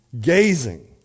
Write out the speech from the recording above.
Gazing